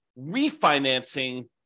refinancing